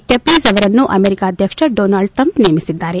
ಟೆಪ್ಲೀಜ್ ಅವರನ್ನು ಅಮೆರಿಕಾ ಅಧ್ಯಕ್ಷ Donald Trump ನೇಮಿಸಿದ್ದಾರೆ